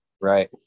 Right